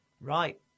right